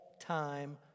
time